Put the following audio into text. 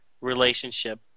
relationship